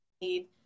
need